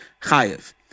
chayev